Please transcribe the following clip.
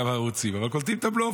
בכמה ערוצים, אבל קולטים את הבלוף.